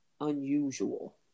unusual